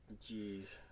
Jeez